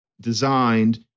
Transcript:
designed